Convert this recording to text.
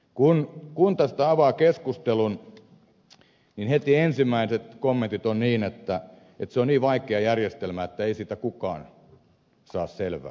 kun tästä avaa keskustelun niin heti ensimmäiset kommentit kuuluvat niin että se on niin vaikea järjestelmä että ei siitä kukaan saa selvää